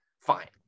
fine